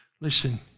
Listen